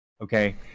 Okay